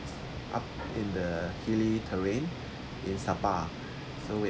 up in the hilly terrain in sapa so we